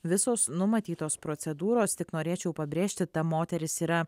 visos numatytos procedūros tik norėčiau pabrėžti ta moteris yra